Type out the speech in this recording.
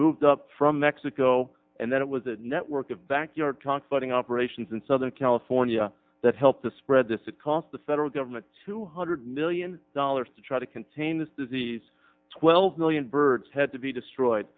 move up from mexico and then it was a network of backyard transporting operations in southern california that helped to spread this it cost the federal government two hundred million dollars to try to contain this disease twelve million birds had to be destroyed